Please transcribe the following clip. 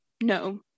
No